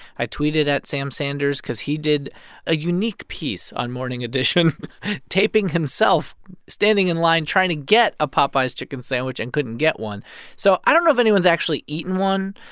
i tweeted at sam sanders because he did a unique piece on morning edition taping himself standing in line trying to get a popeye's chicken sandwich and couldn't get one so i don't know if anyone's actually eaten one.